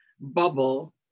bubble